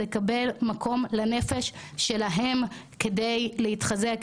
לקבל מקום לנפש שלהם כדי להתחזק,